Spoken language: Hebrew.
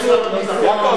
מעניין.